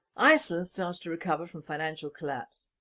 iceland starting to recover from financial collapse.